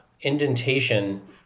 indentation